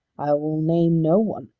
i will name no one,